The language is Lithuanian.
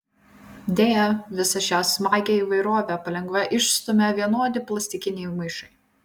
deja visą šią smagią įvairovę palengva išstumia vienodi plastikiniai maišai